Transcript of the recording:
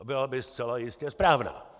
Byla by zcela jistě správná.